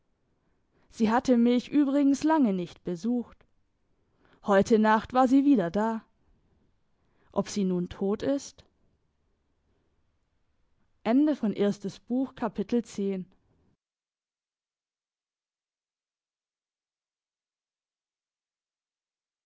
sie hatte mich übrigens lange nicht besucht heute nacht war sie wieder da ob sie nun tot ist